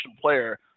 player